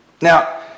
Now